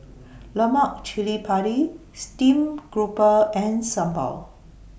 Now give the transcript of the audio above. Lemak Cili Padi Stream Grouper and Sambal